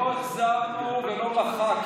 לא החזרנו ולא מחקנו.